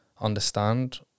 understand